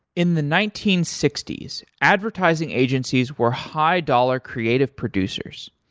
in the nineteen sixty s, advertising agencies were high dollar creative producers.